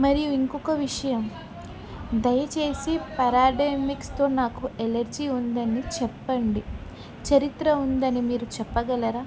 మరియు ఇంకొక విషయం దయచేసి పరాడేమిక్స్తో నాకు ఎలర్జీ ఉందని చెప్పండి చరిత్ర ఉందని మీరు చెప్పగలరా